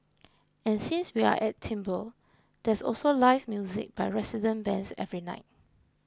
and since we're at Timbre there's also live music by resident bands every night